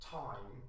time